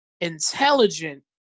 intelligent